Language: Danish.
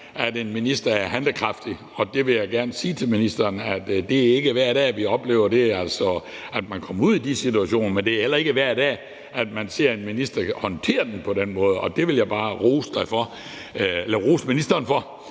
at en minister er handlekraftig, og jeg vil gerne sige til ministeren, at det ikke er hver dag, vi oplever det, altså at man kommer ud i den situation. Men det er heller ikke hver dag, man ser en minister håndtere det på den måde, og det vil jeg bare rose ministeren for,